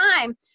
time